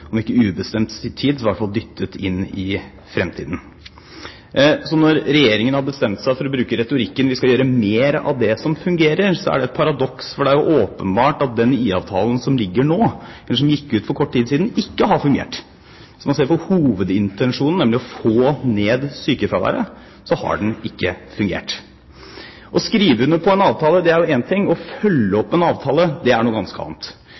om ikke ubestemt tid, så i hvert fall dyttet inn i fremtiden. Så har Regjeringen bestemt seg for å bruke retorikken: Vi skal gjøre mer av det som fungerer. Det er et paradoks, for det er åpenbart at den IA-avtalen som gjelder nå, eller som gikk ut for kort tid siden, ikke har fungert. Når man ser på hovedintensjonen, nemlig å få ned sykefraværet, så har den ikke fungert. Én ting er å skrive under på en avtale, men å følge opp en avtale er noe ganske annet.